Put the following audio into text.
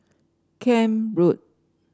Camp Road